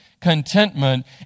contentment